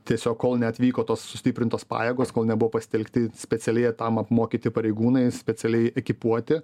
tiesiog kol neatvyko tos sustiprintos pajėgos kol nebuvo pasitelkti specialiai tam apmokyti pareigūnai specialiai ekipuotė